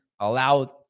allowed